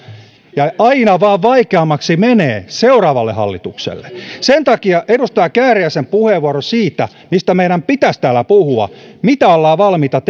ja aina vain vaikeammaksi menee seuraavalle hallitukselle sen takia edustaja kääriäisen puheenvuoroon siitä mistä meidän pitäisi täällä puhua mitä olemme valmiita